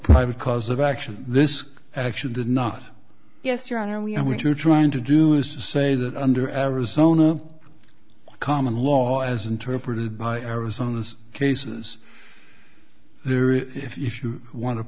private cause of action this action did not yes your honor we have what you're trying to do is to say that under arizona common law as interpreted by arizona's cases there if you want to